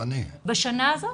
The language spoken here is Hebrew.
בשנה הזאת.